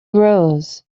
rose